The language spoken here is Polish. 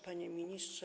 Panie Ministrze!